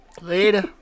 Later